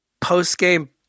post-game